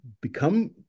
become